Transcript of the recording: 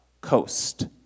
coast